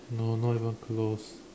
no no not even close